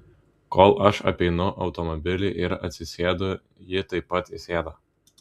kol aš apeinu automobilį ir atsisėdu ji taip pat įsėda